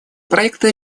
проекта